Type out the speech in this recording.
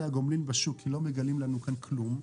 הגומלין בשוק כי לא מגלים לנו כאן כלום,